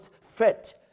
fit